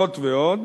זאת ועוד,